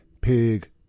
Pig